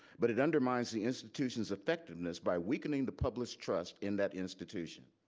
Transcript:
but it undermines the institution's effectiveness by weakening the public trust in that institution?